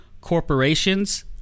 corporations